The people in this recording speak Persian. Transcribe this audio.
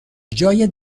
جای